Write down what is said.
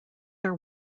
are